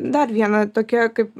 dar viena tokia kaip